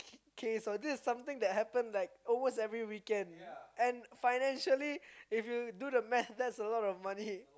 case or this is something that happens like almost every weekend and financially if you do the math that's a lot of money